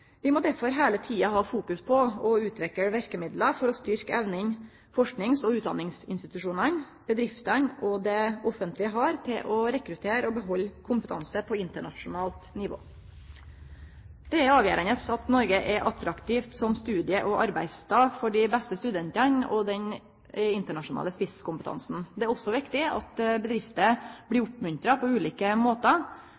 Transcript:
Vi må derfor heile tida fokusere på å utvikle verkemidla for å styrkje evna forskings- og utdanningsinstitusjonane, bedriftene og det offentlege har til å rekruttere og behalde kompetanse på internasjonalt nivå. Det er avgjerande at Noreg er attraktivt som studie- og arbeidsstad for dei beste studentane og den internasjonale spisskompetansen. Det er også viktig at bedrifter på ulike måtar blir